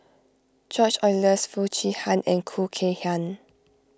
George Oehlers Foo Chee Han and Khoo Kay Hian